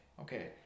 Okay